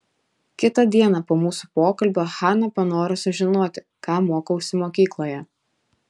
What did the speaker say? kitą dieną po mūsų pokalbio hana panoro sužinoti ką mokausi mokykloje